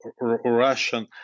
Russian